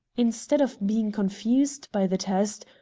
instead of being confused by the test,